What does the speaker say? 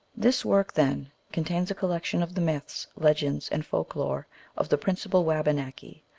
this work, then, contains a collection of the myths, legends, and folk-lore of the principal wabanaki,